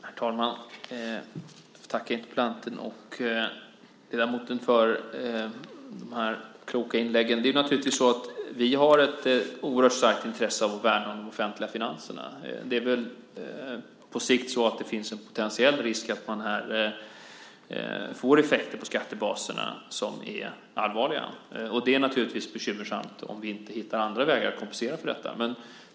Herr talman! Jag får tacka interpellanten och ledamoten för de kloka inläggen. Vi har naturligtvis ett oerhört starkt intresse av att värna de offentliga finanserna. På sikt finns det väl en potentiell risk att man får effekter på skattebaserna som är allvarliga. Det är naturligtvis bekymmersamt om vi inte hittar andra vägar att kompensera för detta.